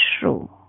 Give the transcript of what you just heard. true